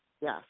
Yes